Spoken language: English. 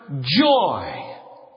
joy